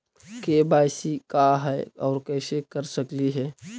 KYC का है, और कैसे कर सकली हे?